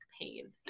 pain